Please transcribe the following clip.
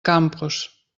campos